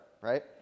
right